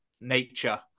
nature